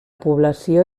població